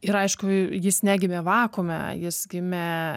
ir aišku jis negimė vakuume jis gimė